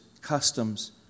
customs